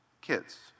kids